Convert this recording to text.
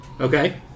Okay